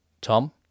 Tom